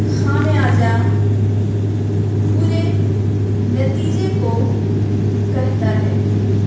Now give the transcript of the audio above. خمیازہ برے نتیجے کو کہتا ہے